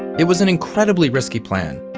it was an incredibly risky plan.